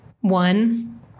one